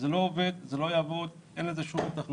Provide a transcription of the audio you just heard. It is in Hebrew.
זה לא עובד, זה לא יעבוד, אין לזה שום היתכנות.